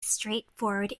straightforward